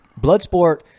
Bloodsport